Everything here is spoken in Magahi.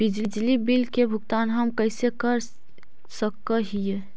बिजली बिल के भुगतान हम कैसे कर सक हिय?